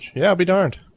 yeah i'll be darn.